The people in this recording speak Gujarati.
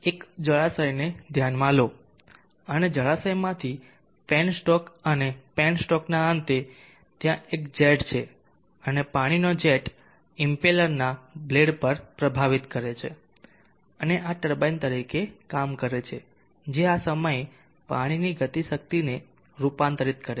એક જળાશયને ધ્યાનમાં લો અને જળાશયમાંથી પેનસ્ટોક અને પેનોસ્ટકના અંતે ત્યાં એક જેટ છે અને પાણીનો જેટ ઇમ્પેલરના બ્લેડ પર પ્રભાવિત કરે છે અને આ ટર્બાઇન તરીકે કામ કરે છે જે આ સમયે પાણીની ગતિશક્તિને રૂપાંતરિત કરે છે